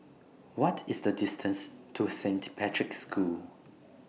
What IS The distance to Saint Patrick's School